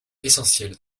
essentiel